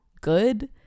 good